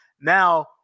now